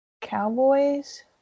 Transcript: Cowboys